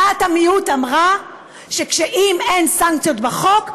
דעת המיעוט אמרה שאם אין סנקציות בחוק,